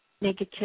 negative